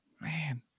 man